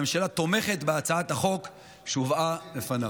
הממשלה תומכת בהצעת החוק שהובאה בפנינו.